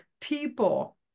people